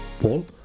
Paul